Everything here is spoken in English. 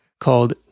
Called